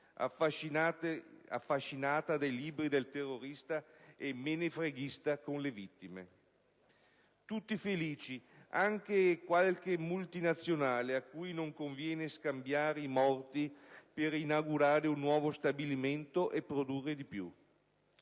affascinata dai libri del terrorista e menefreghista verso le vittime. Tutti felici, dunque, anche qualche multinazionale a cui conviene che si scambino i morti per inaugurare un nuovo stabilimento e produrre di più.